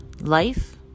life